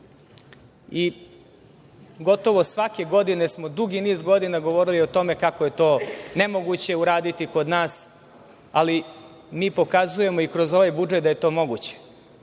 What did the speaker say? I gotovo svake godine smo dugi niz godina govorili o tome kako je to nemoguće uraditi kod nas, ali mi pokazujemo i kroz ovaj budžet da je to moguće.